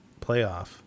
playoff